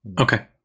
okay